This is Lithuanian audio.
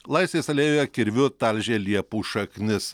laisvės alėjoje kirviu talžė liepų šaknis